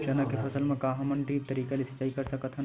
चना के फसल म का हमन ड्रिप तरीका ले सिचाई कर सकत हन?